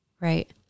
Right